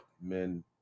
men